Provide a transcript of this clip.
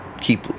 keep